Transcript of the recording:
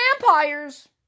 vampires